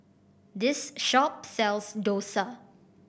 this shop sells dosa